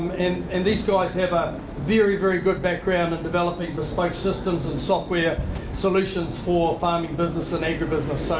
and and these guys have a very very good background of developing bespoke systems and software solutions for farming business and agri business.